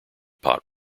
pot